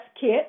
kit